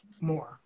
more